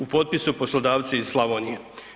U potpisu poslodavci iz Slavonije.